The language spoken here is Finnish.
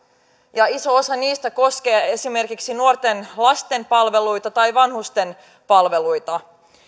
ja iso osa niistä koskee esimerkiksi nuorten lasten palveluita ja vanhusten palveluita